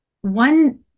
one